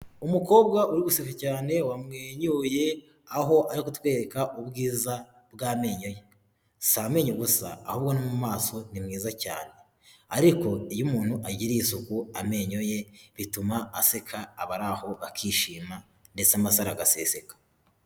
Umukobwa uriguse cyane wamwenyuye aho ari kutwereka ubwiza bw'amenyo ye, si amenyo gusa ahubwo no mu maso ni mwiza cyane, ariko iyo umuntu agiriye isuku amenyo ye ituma aseka abari aho bakishima ndetse amasaro agaseseka.